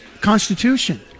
Constitution